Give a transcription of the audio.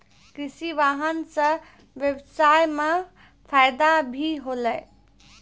कृषि वाहन सें ब्यबसाय म फायदा भी होलै